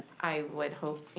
i would hope,